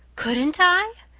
couldn't i?